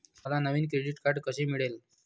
मला नवीन credit card कसे मिळेल?